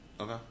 Okay